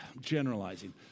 generalizing